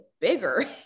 bigger